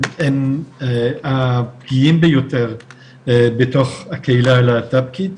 הפגיעים ביותר בתוך הקהילה הלהט"בקית,